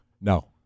No